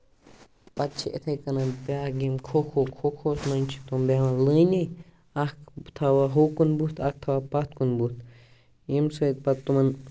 پَتہٕ چھِ یِتھٕے کَنن بیاکھ گیم کھو کھو پَلیر چھِ بہوان تِم لٲنہِ اکھ تھاوان ہوکُن بُتھ اکھ تھاوان پَتھ کُن بُتھ ییٚمہِ سۭتۍ پَتہٕ تِمن